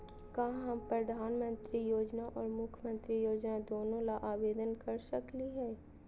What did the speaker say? का हम प्रधानमंत्री योजना और मुख्यमंत्री योजना दोनों ला आवेदन कर सकली हई?